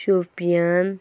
Shopian